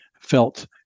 felt